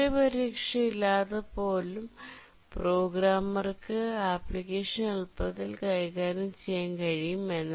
memory പരിരക്ഷ ഇല്ലാതെ പോലും പ്രോഗ്രാമർക്ക് ആപ്ലിക്കേഷൻ എളുപ്പത്തിൽ കൈകാര്യം ചെയ്യാൻ കഴിയും